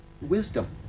Wisdom